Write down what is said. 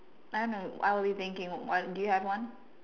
I don't know I would be thinking one do you have one